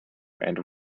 and